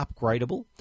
upgradable